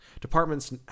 Departments